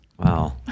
Wow